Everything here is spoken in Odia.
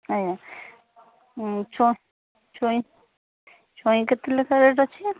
ଆଜ୍ଞା ଛୁଇଁ ଛୁଇଁ କେତେ ଲେଖା ରେଟ ଅଛି